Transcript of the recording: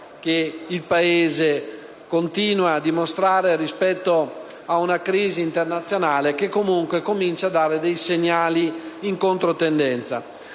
Grazie.